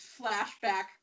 flashback